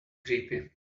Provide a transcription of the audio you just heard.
creepy